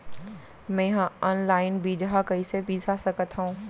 मे हा अनलाइन बीजहा कईसे बीसा सकत हाव